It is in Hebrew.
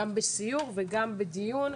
גם בסיור וגם בדיון.